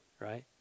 right